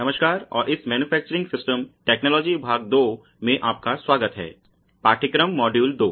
नमस्कार और इस मैन्युफैक्चरिंग सिस्टम टैकनोलजी भाग 2 में आपका स्वागत है पाठ्यक्रम - मॉड्यूल दो